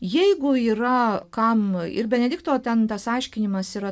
jeigu yra kam ir benedikto ten tas aiškinimas yra